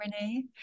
Renee